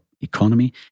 economy